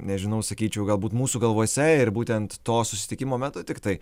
nežinau sakyčiau galbūt mūsų galvose ir būtent to susitikimo metu tiktai